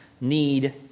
need